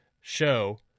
Show